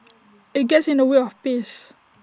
IT gets in the way of peace